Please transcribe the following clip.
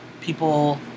people